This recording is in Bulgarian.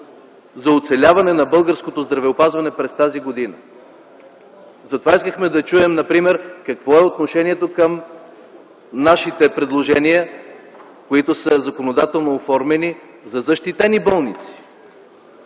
за оцеляване на българското здравеопазване през тази година. Затова искахме да чуем например какво е отношението към нашите предложения, които са законодателно оформени, за защитени болници?